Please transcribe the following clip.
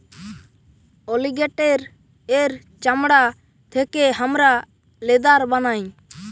অলিগেটের এর চামড়া থেকে হামরা লেদার বানাই